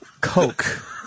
Coke